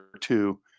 two